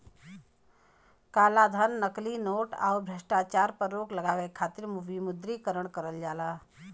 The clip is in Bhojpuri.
कालाधन, नकली नोट, आउर भ्रष्टाचार पर रोक लगावे खातिर विमुद्रीकरण करल जाला